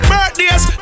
Birthdays